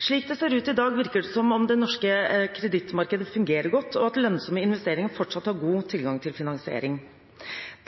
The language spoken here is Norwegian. Slik det ser ut i dag, virker det som om det norske kredittmarkedet fungerer godt, og at lønnsomme investeringer fortsatt har god tilgang til finansiering.